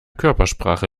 körpersprache